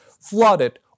Flooded